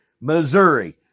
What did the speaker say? Missouri